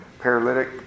paralytic